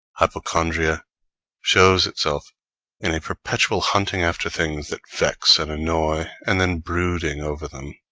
hypochondria shows itself in a perpetual hunting after things that vex and annoy, and then brooding over them.